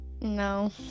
No